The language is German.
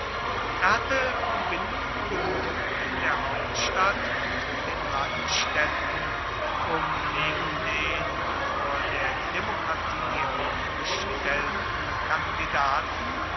er hatte verbindungen genug in der hauptstadt und den landstädten um neben den vor der demokratie aufgestellten kandidaten